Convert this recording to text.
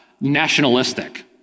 nationalistic